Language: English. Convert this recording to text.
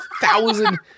thousand